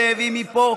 זה הביא מפה.